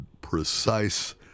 precise